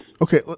Okay